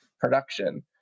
production